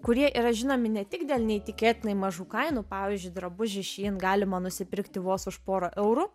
kurie yra žinomi ne tik dėl neįtikėtinai mažų kainų pavyzdžiui drabužį šyn galima nusipirkti vos už porą eurų